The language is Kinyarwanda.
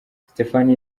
stephanie